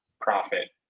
profit